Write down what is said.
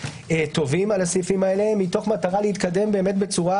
טובים על הסעיפים האלה מתוך מטרה להתקדם בצורה